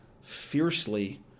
fiercely